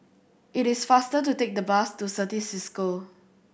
it is faster to take the bus to Certis Cisco